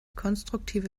konstruktive